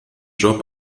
job